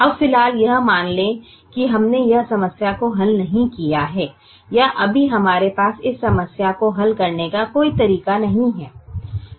अब फिलहाल यह मान लें कि हमने इस समस्या को हल नहीं किया है या अभी हमारे पास इस समस्या को हल करने का कोई तरीका नहीं है